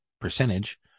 percentage